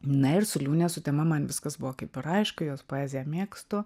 na ir su liūnė sutema man viskas buvo kaip ir aišku jos poeziją mėgstu